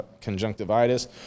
conjunctivitis